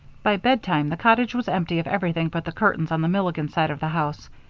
by bedtime the cottage was empty of everything but the curtains on the milligan side of the house.